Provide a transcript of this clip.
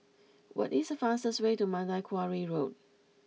what is the fastest way to Mandai Quarry Road